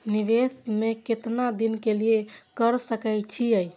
निवेश में केतना दिन के लिए कर सके छीय?